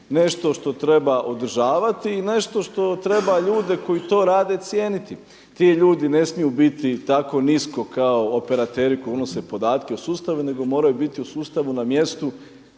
nešto što treba održavati i nešto što treba ljude koji to rade cijeniti. Ti ljudi ne smiju biti tako nisko kao operateri koji unose podatke u sustave, nego moraju biti u sustavu na mjestu